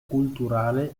culturale